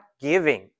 giving